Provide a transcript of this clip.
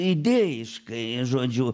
idėjiškai žodžiu